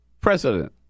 president